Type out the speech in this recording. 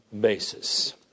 basis